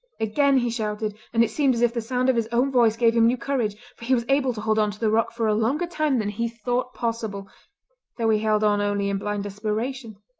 again he shouted, and it seemed as if the sound of his own voice gave him new courage, for he was able to hold on to the rock for a longer time than he thought possible though he held on only in blind desperation.